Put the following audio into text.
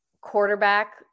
quarterback